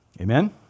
Amen